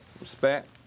Respect